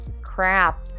crap